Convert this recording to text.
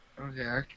Okay